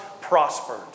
prospered